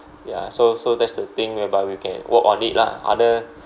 ya so so that's the thing whereby we can work on it lah other